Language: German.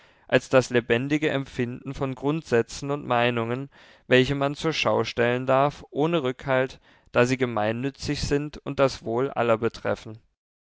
als das lebendige empfinden von grundsätzen und meinungen welche man zur schau stellen darf ohne rückhalt da sie gemeinnützig sind und das wohl aller betreffen